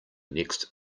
next